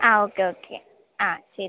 ആ okay okay ആ ശരി